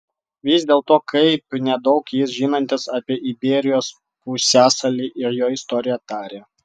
vis dėlto kaip nedaug jis žinantis apie iberijos pusiasalį ir jo istoriją tarė